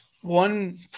one